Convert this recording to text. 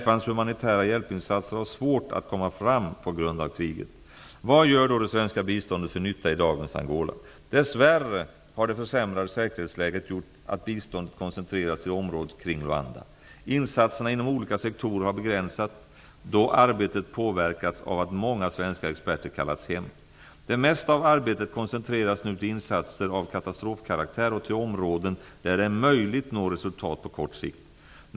FN:s humanitära hjälpinsatser har svårt att komma fram på grund av kriget. Vad gör då det svenska biståndet för nytta i dagens Angola? Dess värre har det försämrade säkerhetsläget gjort att biståndet koncentrerats till området kring Luanda. Insatserna inom olika sektorer har begränsats, då arbetet påverkats av att många svenska experter kallats hem. Det mesta av arbetet koncentreras nu till insatser av katastrofkaraktär och till områden där det är möjligt att nå resultat på kort sikt.